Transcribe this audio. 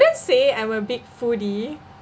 say I am a big foodie